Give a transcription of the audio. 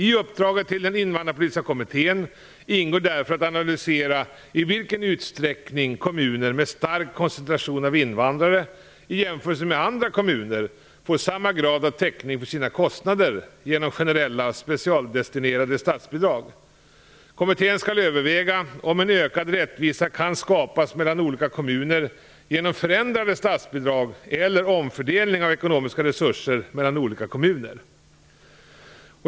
I uppdraget till den invandrarpolitiska kommittén ingår därför att analysera i vilken utsträckning kommuner med stark koncentration av invandrare i jämförelse med andra kommuner får samma grad av täckning för sina kostnader genom generella och specialdestinerade statsbidrag. Kommittén skall överväga om en ökad rättvisa kan skapas mellan olika kommuner genom förändrade statsbidrag eller omfördelning av ekonomiska resurser mellan olika kommuner.